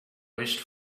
wished